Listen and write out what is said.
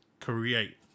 create